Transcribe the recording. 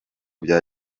bya